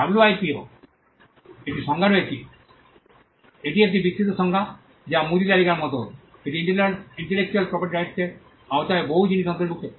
ডাব্লুআইপিওর একটি সংজ্ঞা রয়েছে এটি একটি বিস্তৃত সংজ্ঞা বা যা মুদি তালিকার মতো এটি ইন্টেলেকচুয়াল প্রপার্টি রাইটস এর আওতায় বহু জিনিস অন্তর্ভুক্ত করে